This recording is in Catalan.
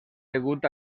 degut